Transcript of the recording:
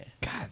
God